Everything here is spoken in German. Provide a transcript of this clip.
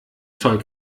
zoll